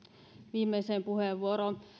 viimeiseen puheenvuoroon